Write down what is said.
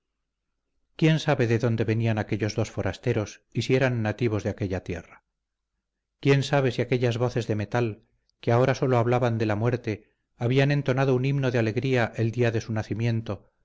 quién sabe de donde venían aquellos dos forasteros y si eran nativos de aquella tierra quién sabe si aquellas voces de metal que ahora sólo hablaban de la muerte habían entonado un himno de alegría el día de su nacimiento